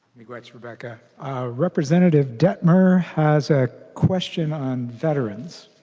like like sort of and representative dettmer has a question on veterans.